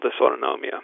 dysautonomia